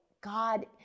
God